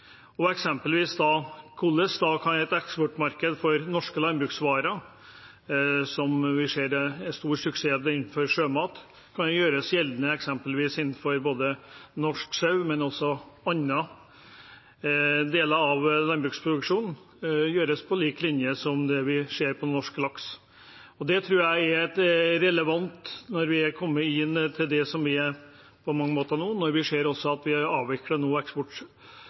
Eksempelvis: Hvordan kan et eksportmarked for norske landbruksvarer – som vi ser er det stor suksess innenfor sjømat – gjøres gjeldende for både norsk sau og også andre deler av landbruksproduksjonen, og gjøres på lik linje med det vi ser for norsk laks? Det tror jeg er et relevant spørsmål når vi er kommet dit vi på mange måter er nå. Når vi nå avvikler eksportstøtten til bl.a. Jarlsberg-ost, trenger vi